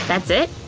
that's it?